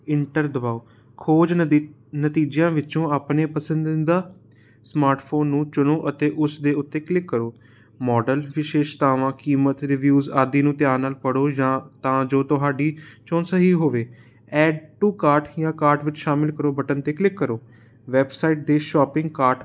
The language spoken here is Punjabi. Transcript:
ਇੰਟਰ ਦਬਾਓ ਖੋਜ ਨਤੀ ਨਤੀਜਿਆਂ ਵਿੱਚੋਂ ਆਪਣੇ ਪਸੰਦੀਦਾ ਸਮਾਟਫੋਨ ਨੂੰ ਚੁਣੋ ਅਤੇ ਉਸਦੇ ਉੱਤੇ ਕਲਿੱਕ ਕਰੋ ਮੋਡਲ ਵਿਸ਼ੇਸ਼ਤਾਵਾਂ ਕੀਮਤ ਰਿਵਿਊਜ ਆਦਿ ਨੂੰ ਧਿਆਨ ਨਾਲ ਪੜ੍ਹੋ ਜਾਂ ਤਾਂ ਜੋ ਤੁਹਾਡੀ ਚੋਣ ਸਹੀ ਹੋਵੇ ਐਡ ਟੂ ਕਾਰਟ ਜਾਂ ਕਾਰਟ ਵਿੱਚ ਸ਼ਾਮਲ ਕਰੋ ਬਟਨ 'ਤੇ ਕਲਿੱਕ ਕਰੋ ਵੈਬਸਾਈਟ ਦੇ ਸ਼ੋਪਿੰਗ ਕਾਰਟ